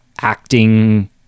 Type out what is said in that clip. acting